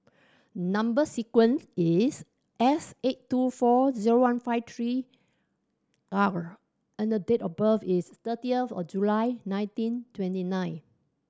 number sequence is S eight two four zero one five three R and date of birth is thirtieth of July nineteen twenty nine